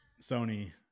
Sony